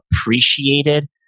appreciated